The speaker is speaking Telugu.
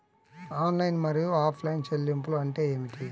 ఆన్లైన్ మరియు ఆఫ్లైన్ చెల్లింపులు అంటే ఏమిటి?